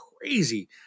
crazy